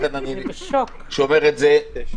לכן אני שומר את זה בצד.